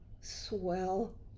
swell